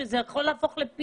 כדי להזיז את המעטפת,